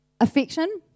Affection